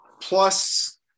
plus